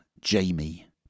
Jamie